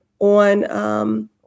on